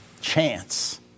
chance